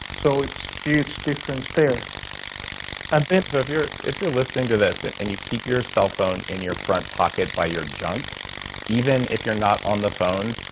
so it's huge difference there and and sort of if you're listening to this, and and you keep your cell phone in your front pocket by your junk even if you're not on the phone,